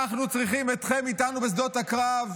אנחנו צריכים אתכם איתנו בשדות הקרב.